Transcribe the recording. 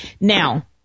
Now